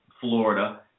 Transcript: Florida